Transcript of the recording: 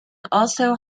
also